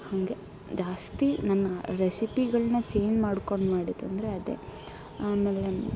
ಹಾಗೆ ಜಾಸ್ತಿ ನನ್ನ ರೆಸಿಪಿಗಳನ್ನ ಚೇಂಜ್ ಮಾಡ್ಕೊಂಡು ಮಾಡಿದ್ದೆಂದ್ರೆ ಅದೆ ಆಮೇಲೆ